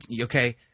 Okay